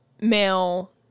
male